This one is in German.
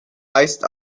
heißt